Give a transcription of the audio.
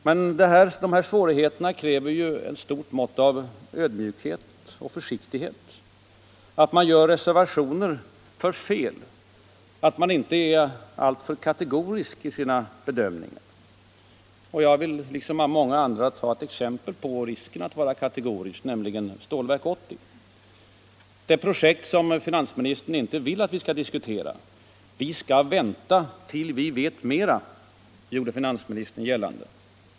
Men dessa svårigheter kräver ett stort mått av ödmjukhet och försiktighet, de kräver att man gör reservationer för fel, att man inte är alltför kategorisk i sina bedömningar. Jag vill, liksom många andra, ta ett exempel på risken att vara kategorisk, nämligen Stålverk 80; det projekt som finansministern inte vill att vi skall diskutera. Vi skall vänta tills vi vet mera, gjorde finansministern gällande.